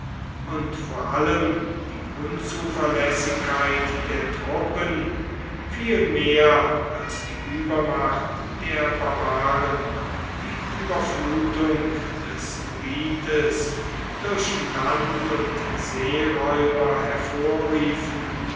und vor allem die unzuverlässigkeit der truppen viel mehr als die übermacht der barbaren die überflutung des gebietes durch land und seeräuber hervorriefen